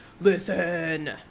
listen